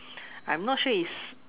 I'm not sure is